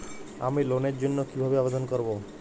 আমি লোনের জন্য কিভাবে আবেদন করব?